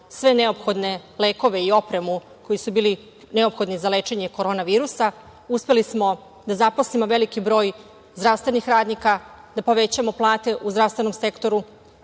sve neophodne lekove i opremu koji su bili neophodni za lečenje korona virusa, uspeli smo da zaposlimo veliki broj zdravstvenih radnika, da povećamo plate u zdravstvenom sektoru,